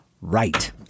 right